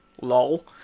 lol